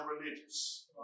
religious